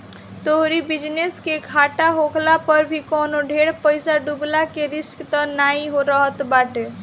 तोहरी बिजनेस के घाटा होखला पअ भी कवनो ढेर पईसा डूबला के रिस्क तअ नाइ रहत बाटे